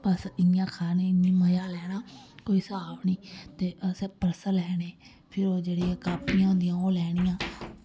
बस इ'यां खानी इ'यां मजा लैना कोई स्हाब निं ते असें पर्स लैने फिर ओह् जेह्ड़ियां कापियां होंदियां ओह् लैनियां